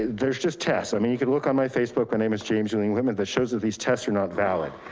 there's just tests. i mean, you could look on my facebook. my name is james ewing whitman that shows that these tests are not valid.